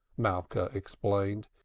malka explained.